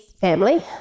family